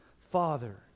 father